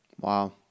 Wow